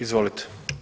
Izvolite.